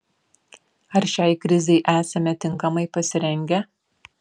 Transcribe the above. ar šiai krizei esame tinkamai pasirengę